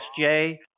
SJ